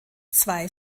zwei